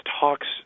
talks